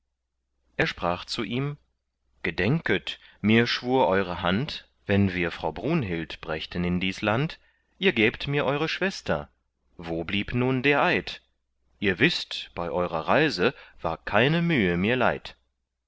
er sprach zu ihm gedenket mir schwur eure hand wenn wir frau brunhild brächten in dies land ihr gäbt mir eure schwester wo blieb nun der eid ihr wißt bei eurer reise war keine mühe mir leid